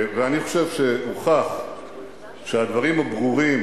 ואני חושב שהוכח שהדברים הברורים,